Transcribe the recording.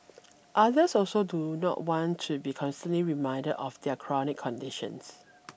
others also do not want to be constantly reminded of their chronic conditions